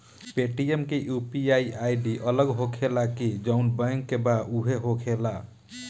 Paytm के UPI ID अलग होखेला की जाऊन बैंक के बा उहे होखेला?